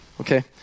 okay